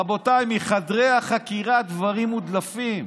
רבותיי, מחדרי החקירה דברים מודלפים